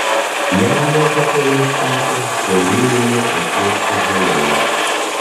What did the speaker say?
jam medikai nustatė kiauryminį akies sužalojimą